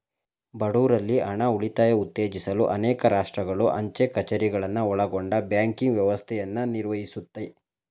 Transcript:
ಬಡವ್ರಲ್ಲಿ ಹಣ ಉಳಿತಾಯ ಉತ್ತೇಜಿಸಲು ಅನೇಕ ರಾಷ್ಟ್ರಗಳು ಅಂಚೆ ಕಛೇರಿಗಳನ್ನ ಒಳಗೊಂಡ ಬ್ಯಾಂಕಿಂಗ್ ವ್ಯವಸ್ಥೆಯನ್ನ ನಿರ್ವಹಿಸುತ್ತೆ